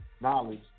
knowledge